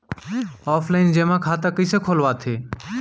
Offline जेमा खाता कइसे खोलवाथे?